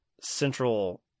central